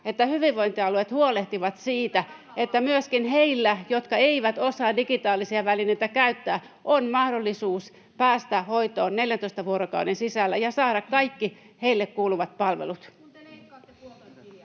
[Veronika Honkasalo: Millä rahalla?] että myöskin heillä, jotka eivät osaa digitaalisia välineitä käyttää, on mahdollisuus päästä hoitoon 14 vuorokauden sisällä ja saada kaikki heille kuuluvat palvelut.